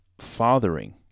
fathering